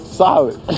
solid